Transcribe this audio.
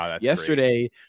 yesterday